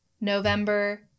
November